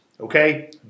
Okay